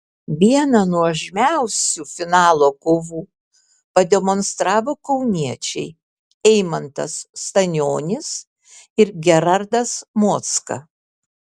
vieną nuožmiausių finalo kovų pademonstravo kauniečiai eimantas stanionis ir gerardas mocka